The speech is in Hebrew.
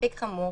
מספיק חמור